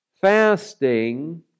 fasting